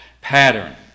pattern